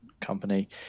company